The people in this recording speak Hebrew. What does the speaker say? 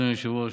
אדוני היושב-ראש,